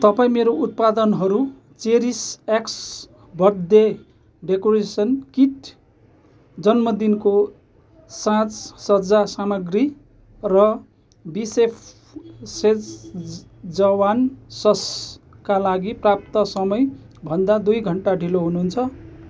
तपाई मेरो उत्पादनहरू Cherish X birthday decoration kit जन्मदिनको साज सज्जा सामाग्री र बिसेफ सेजवान ससका लागि प्राप्त समय भन्दा दुई घन्टा ढिलो हुनुहुन्छ